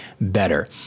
better